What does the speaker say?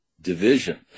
division